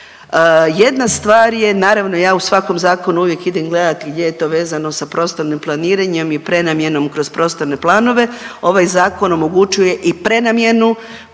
Jedna stvar je, naravno ja u svakom zakonu uvijek idem gledati gdje je to vezano sa prostornim planiranjem i prenamjenom kroz prostorne planove. Ovaj zakon omogućuje i prenamjenu